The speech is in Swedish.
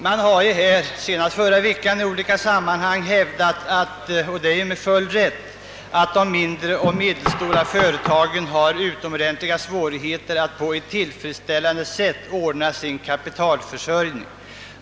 Senast i förra veckan har det i olika sammanhang hävdats, och detta med full rätt, att de mindre och medelstora företagen har utomordentligt stora svårigheter att på tillfredsställande sätt ordna sin kapitalförsörjning.